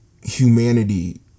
humanity